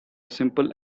simple